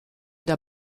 der